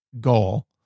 goal